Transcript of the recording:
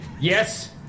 Yes